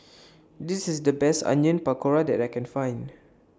This IS The Best Onion Pakora that I Can Find